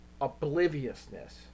obliviousness